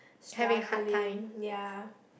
struggling ya